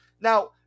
now